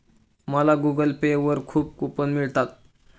मला Google Pay वर खूप कूपन मिळतात